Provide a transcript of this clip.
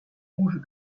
rouges